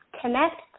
connect